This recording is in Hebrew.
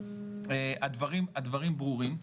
הדברים ברורים.